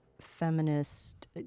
feminist